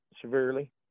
severely